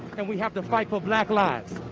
and we have to fight for black lives.